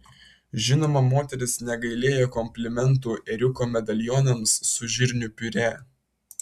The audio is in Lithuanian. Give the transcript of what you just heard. žinoma moteris negailėjo komplimentų ėriuko medalionams su žirnių piurė